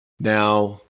Now